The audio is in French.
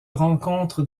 rencontre